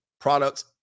products